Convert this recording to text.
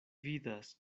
vidas